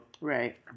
right